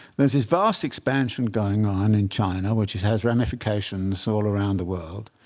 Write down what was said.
there is this vast expansion going on in china, which has has ramifications all around the world.